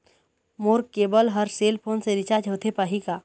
मोर केबल हर cell phone से रिचार्ज होथे पाही का?